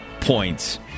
points